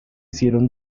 hicieron